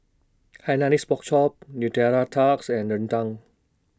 Hainanese Pork Chop Nutella Tarts and Rendang